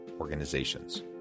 Organizations